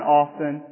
often